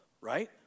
right